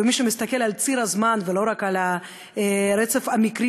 ומי שמסתכל על ציר הזמן ולא רק על הרצף המקרי